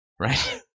right